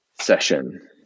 session